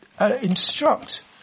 instruct